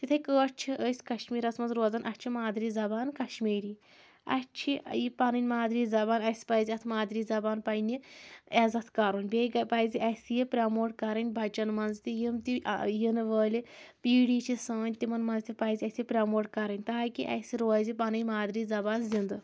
یِتھٕے کٲٹھۍ چھِ أسۍ کشمیٖرس منٛز روزَان اَسہِ چھِ مادری زبان کشمیٖری اَسہِ چھِ یہِ پنٕنۍ مادری زبان اَسہِ پَزِ اَتھ مادری زبان پنٛنہِ عِزت کَرُن بیٚیہِ پزِ اَسہِ یہِ پرٛموٹ کَرٕنۍ بَچَن منٛز تہِ یِم تہِ یِنہٕ وٲلۍ پیٖڈی چھِ سٲنۍ تِمَن منٛز تہِ پَزِ اَسہِ یہِ پرٛموٹ کَرٕنۍ تاکہِ اَسہِ روزِ پَنٕنۍ مادری زبان زِندٕ